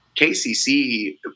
KCC